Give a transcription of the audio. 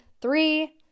three